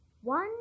One